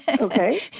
Okay